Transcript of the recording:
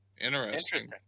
Interesting